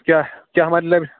کیا کیا مطلب